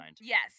yes